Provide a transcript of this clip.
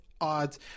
odds